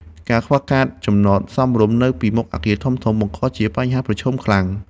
ការខ្វះចំណតសមរម្យនៅពីមុខអគារធំៗ បង្កជាបញ្ហាប្រឈមខ្លាំង។